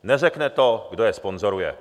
Neřekne to, kdo je sponzoruje.